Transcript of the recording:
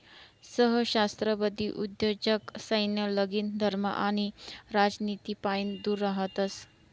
सहस्त्राब्दी उद्योजक सैन्य, लगीन, धर्म आणि राजनितीपाईन दूर रहातस